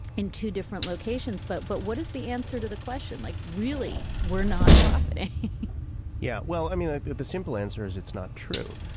in two different locations. but but what is the answer to the question like really. we're not profiting yeah. well i mean like the the simple answer is it's not true.